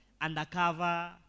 Undercover